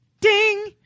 Ding